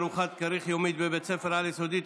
ארוחת כריך יומית בבית ספר על-יסודי),